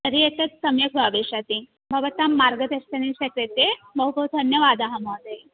तर्हि एतत् सम्यक् भविष्यति भवतां मार्गदर्शनस्य कृते बहु बहु धन्यवादाः महोदय